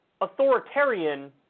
authoritarian